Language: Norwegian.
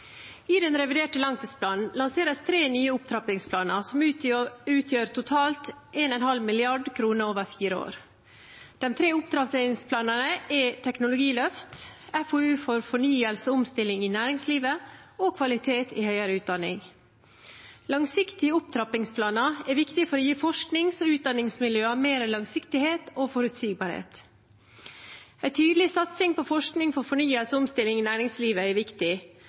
I den reviderte langtidsplanen lanseres tre nye opptrappingsplaner som totalt utgjør 1,5 mrd. kr over fire år. De tre opptrappingsplanene er teknologiløft, FoU for fornyelse og omstilling i næringslivet og kvalitet i høyere utdanning. Langsiktige opptrappingsplaner er viktig for å gi forsknings- og utdanningsmiljøene mer langsiktighet og forutsigbarhet. En tydelig satsing på forskning for fornyelse og omstilling i næringslivet er viktig,